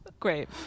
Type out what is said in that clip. great